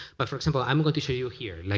but for example i'm going to show you here. like